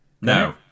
No